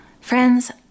Friends